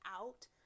out